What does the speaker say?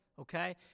okay